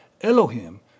Elohim